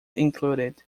included